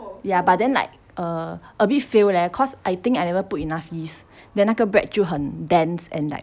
ya but then like a a bit fail leh cause I think I never put enough yeast then 那个 bread 就很 dense and like